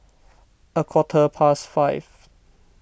a quarter past five